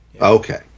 Okay